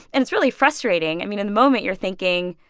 and it's really frustrating. i mean, in the moment, you're thinking,